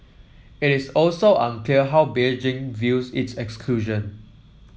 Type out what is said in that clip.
it is also unclear how Beijing views its exclusion